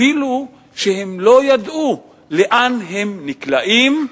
שאפילו לא ידעו לאן הם נקלעים,